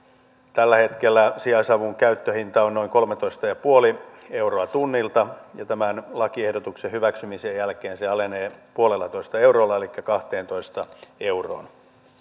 tällä hetkellä sijaisavun käyttöhinta on noin kolmetoista pilkku viisi euroa tunnilta ja tämän lakiehdotuksen hyväksymisen jälkeen se alenee yhdellä pilkku viidellä eurolla elikkä kahteentoista euroon